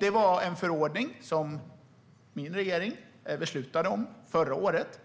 Det är en förordning som min regering beslutade om förra året.